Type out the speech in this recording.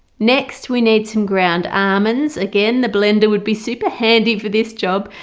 next we need some ground almonds again the blender would be super handy for this job.